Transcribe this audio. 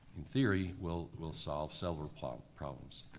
in theory, will will solve several um problems.